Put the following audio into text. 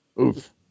oof